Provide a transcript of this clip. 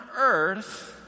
earth